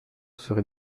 serait